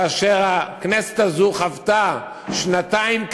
כאשר הכנסת הזאת חוותה שנתיים קשות,